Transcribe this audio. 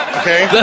okay